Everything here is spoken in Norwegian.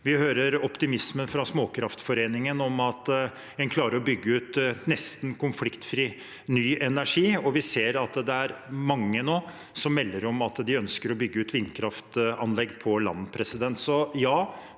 Vi hører optimisme fra Småkraftforeninga om at en klarer å bygge ut nesten konfliktfri ny energi, og vi ser at det nå er mange som melder om at de ønsker å bygge ut vindkraftanlegg på land. Så ja, det